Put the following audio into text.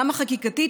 גם החקיקתית,